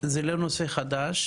זה לא נושא חדש,